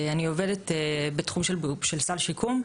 אני עובדת בתחום של סל שיקום,